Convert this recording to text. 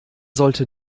sollte